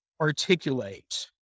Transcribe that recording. articulate